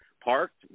Parked